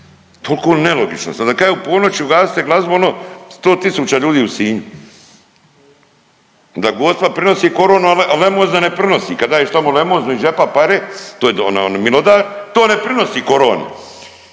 Tolko nelogičnosti. Onda kažu u ponoć ugasite glazbu ono sto tisuća ljudi u Sinju, da Gospa prenosi koronu, a lemojzina je ne prenosi kad daješ tamo lemojzinu iz džepa pare to je milodar to ne prinosi koronu,